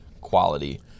quality